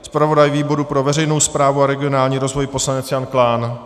Zpravodaj výboru pro veřejnou správu a regionální rozvoj poslanec Jan Klán?